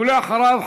ואחריו,